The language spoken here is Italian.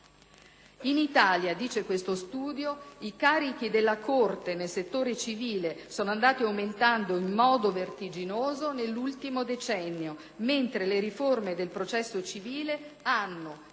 In Italia, dice questo studio, i carichi della Corte nel settore civile sono andati aumentando in modo vertiginoso nell'ultimo decennio, mentre le riforme del processo civile hanno,